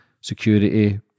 security